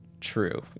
true